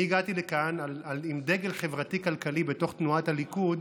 אני הגעתי לכאן עם דגל חברתי-כלכלי בתוך תנועת הליכוד.